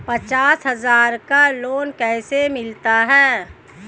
पचास हज़ार का लोन कैसे मिलता है?